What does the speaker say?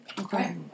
Okay